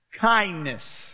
kindness